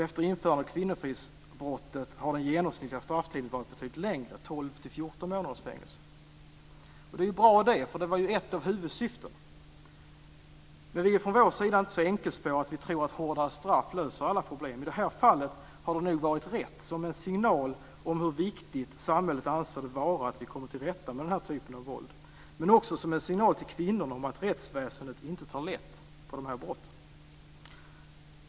Efter införandet av kvinnofridsbrottet har den genomsnittliga strafftiden varit betydligt längre - 12-14 månaders fängelse. Detta är ju bra, eftersom det var ett av huvudsyftena. Men vi är från vår sida inte så enkelspåriga att vi tror att hårdare straff löser alla problem. I det här fallet har det nog varit rätt som en signal om hur viktigt samhället anser det vara att vi kommer till rätta med denna typ av våld, men också som en signal till kvinnorna om att rättsväsendet inte tar lätt på dessa brott.